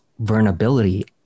Vulnerability